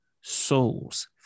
souls